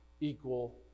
equal